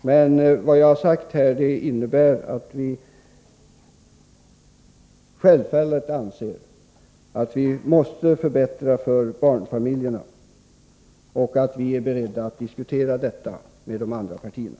Men vad jag här har sagt innebär att vi anser att vi självfallet måste förbättra situationen för barnfamiljerna och att vi är beredda att diskutera detta med de andra partierna.